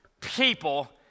people